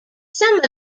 some